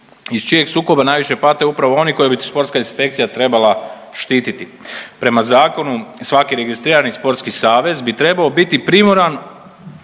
iz čijeg sukoba najviše pate upravo oni koje bi sportska inspekcija trebala štititi. Prema zakonu svaki registrirani sportski savez bi trebao biti primoran